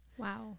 Wow